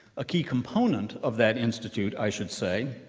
a key component of that institute, i should say,